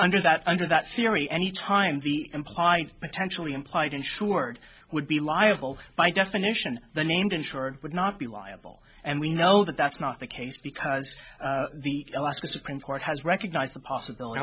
under that under that theory any time be implied potentially implied insured would be liable by definition the named insurer would not be liable and we know that that's not the case because the supreme court has recognized the possibility